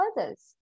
others